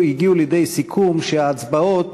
הגיעו לידי סיכום שההצבעות